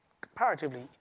comparatively